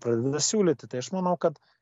pradeda siūlyti tai aš manau kad